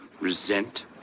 Resent